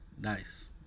Nice